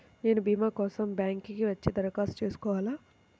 నేను భీమా కోసం బ్యాంక్కి వచ్చి దరఖాస్తు చేసుకోవాలా?